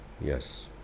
Yes